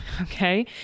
Okay